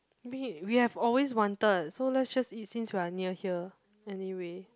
babe we have always wanted so let's just eat since we are near here anyway